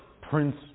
Prince